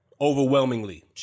Overwhelmingly